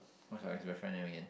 what's your ex girlfriend name again